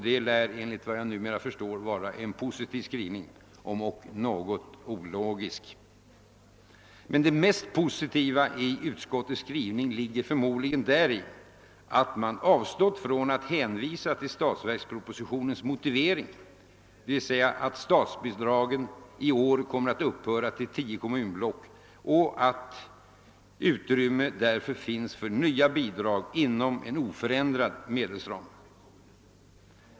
Detta lär, enligt vad jag numera förstår, vara en positiv skrivning — om ock något ologisk. Det mest positiva i utskottets skrivning ligger förmodligen däri att man avstått från att hänvisa till statsverks propositionens motivering, d.v.s. att statsbidragen i år kommer att upphöra till tio kommunblock och att utrymme därför finns för nya bidrag inom en oförändrad medelsram.